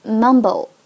mumble